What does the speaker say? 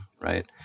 Right